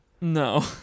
No